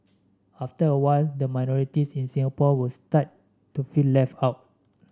after a while the minorities in Singapore would start to feel left out